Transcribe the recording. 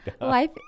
life